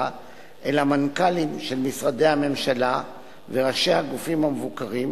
אל המנכ"לים של משרדי הממשלה וראשי הגופים המבוקרים,